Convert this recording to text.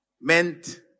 meant